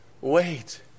wait